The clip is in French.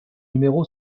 numéro